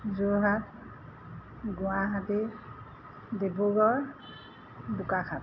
Jorhat Guwahati Dibrugarh Bokakhat